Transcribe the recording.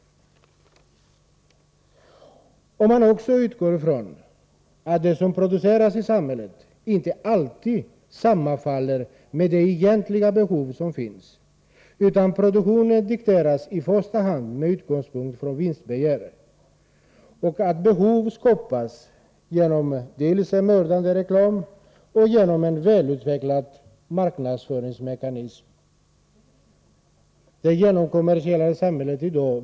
Låt oss också utgå ifrån att det som produceras i samhället inte alltid sammanfaller med de egentliga behov som finns utan att produktionen i första hand dikteras med vinstbegäret som utgångspunkt. Behov skapas genom delvis mördande reklam och genom väl utvecklade marknadsföringsmekanismer. Det genomkommersialiserade samhället vittnar om det.